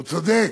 הוא צודק.